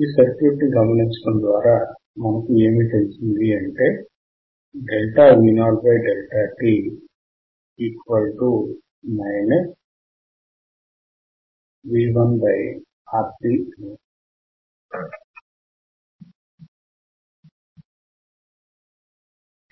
ఈ సర్క్యూట్ ని గమనించడం ద్వారా మనకు ఏమి తెలిసింది అంటే V0t VtRC